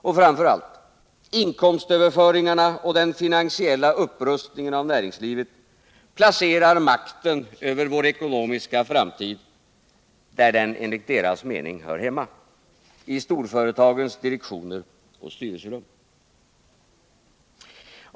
Och framför allt, inkomstöverföringarna och den finansiella upprustningen av näringslivet placerar makten över vår ekonomiska framtid där den enligt högerkrafternas mening hör hemma — i storföretagens direktioner och styrelserum.